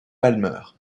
palmer